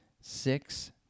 Six